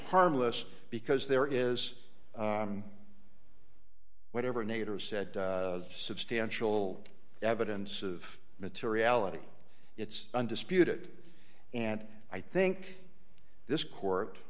harmless because there is whatever nader said substantial evidence of materiality it's undisputed and i think this court